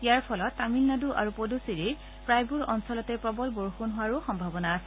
ইয়াৰ ফলত তামিলনাডু আৰু পুডুছেৰীৰ প্ৰায়বোৰ অঞ্চলতে প্ৰবল বৰষুণ হোৱাৰ সম্ভাবনা আছে